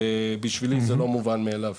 ובשבילי זה לא מובן מאליו.